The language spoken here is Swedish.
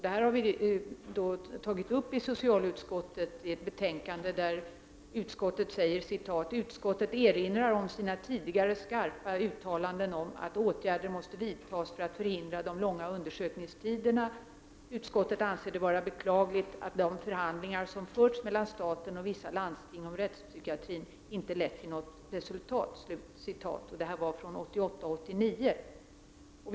Detta har socialutskottet tidigare tagit upp i ett betänkande. Utskottet erinrar där om sina tidigare skarpa uttalanden om att åtgärder måste vidtas för att förhindra de långa undersökningstiderna. Utskottet anser det vara beklagligt att de förhandlingar som har förts mellan staten och vissa landsting om rättspsykiatrin inte lett till något resultat. Detta sades vid 1988/89 års riksmöte.